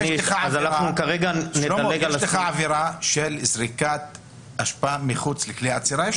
כבר יש לך עבירה של זריקת אשפה מחוץ לכלי אצירה.